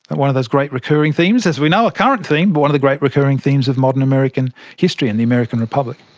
but one of those great recurring themes, as we know, a current theme, but one of the great recurring themes of modern american history and the american republic.